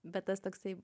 bet tas toksai